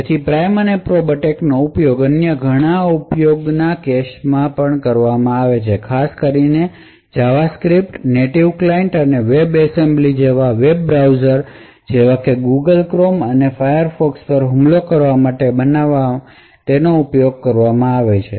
તેથી પ્રાઇમ અને પ્રોબ એટેકનો ઉપયોગ અન્ય ઘણા ઉપયોગના કેસોમાં પણ કરવામાં આવે છે ખાસ કરીને જાવાસ્ક્રિપ્ટ નેટીવ ક્લાયંટ અને વેબ એસેમ્બલી જેવા વેબ બ્રાઉઝર્સ જેવા કે ગૂગલ ક્રોમ અને ફાયરફોક્સ પર હુમલો કરવા માટે બનાવવા માટે તેનો ઉપયોગ કરવામાં આવે છે